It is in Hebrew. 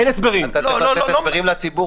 האם אתם הולכים להצביע נגד הסגר?